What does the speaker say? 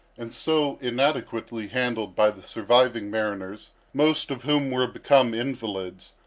and so inadequately handled by the surviving mariners, most of whom were become invalids,